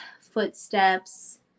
footsteps